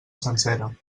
sencera